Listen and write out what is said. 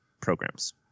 programs